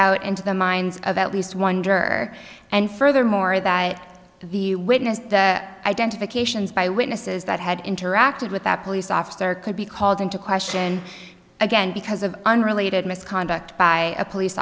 out into the minds of at least wonder and furthermore that i view witness identifications by witnesses that had interacted with that police officer could be called into question again because of unrelated misconduct by a police